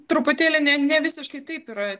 truputėlį ne ne visiškai taip yra